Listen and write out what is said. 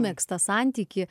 megztą santykį